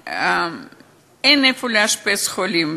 ואין איפה לאשפז חולים,